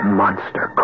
monster